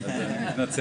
אז אני מתנצל.